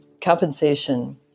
compensation